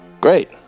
Great